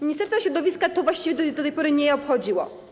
Ministerstwa Środowiska to właściwie do tej pory nie obchodziło.